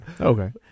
Okay